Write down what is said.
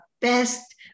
best